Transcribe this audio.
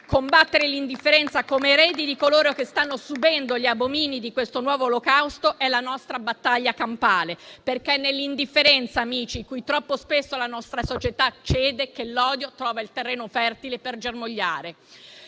Combattere l'indifferenza, come eredi di coloro che stanno subendo gli abomini di questo nuovo olocausto, è la nostra battaglia campale. È infatti nell'indifferenza, cui troppo spesso la nostra società cede, che l'odio trova il terreno fertile per germogliare.